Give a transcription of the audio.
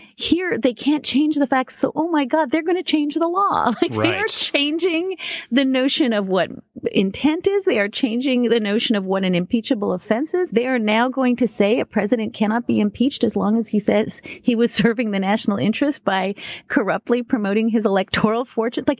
here they can't change the facts, so oh my god, they're going to change the law. like right. they are changing the notion of what intent is. they are changing the notion of what an impeachable offense is. they are now going to say a president cannot be impeached as long as he says he was serving the national interest by corruptly promoting his electoral fortune. like